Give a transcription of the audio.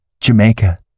Jamaica